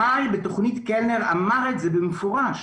שמאי בתכנית קלנר אמר את זה במפורש.